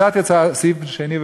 הצעתי סעיף שני,